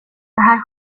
här